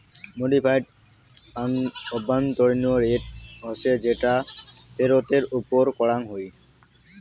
modified আভ্যন্তরীণ rate হসে যেটা ফেরতের ওপর করাঙ হই